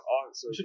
answer